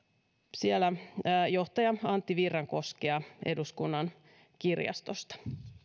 johtaja antti virrankoskea eduskunnan kirjastosta